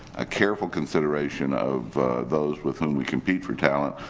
a careful consideration of those with whom we compete for talent,